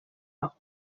calor